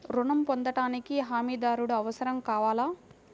ఋణం పొందటానికి హమీదారుడు అవసరం కావాలా?